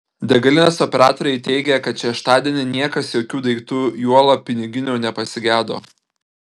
degalinės operatoriai teigė kad šeštadienį niekas jokių daiktų juolab piniginių nepasigedo